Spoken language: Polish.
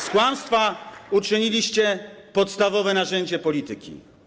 Z kłamstwa uczyniliście podstawowe narzędzie polityki.